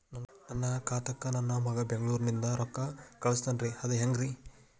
ನನ್ನ ಖಾತಾಕ್ಕ ನನ್ನ ಮಗಾ ಬೆಂಗಳೂರನಿಂದ ರೊಕ್ಕ ಕಳಸ್ತಾನ್ರಿ ಅದ ಹೆಂಗ್ರಿ?